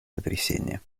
потрясения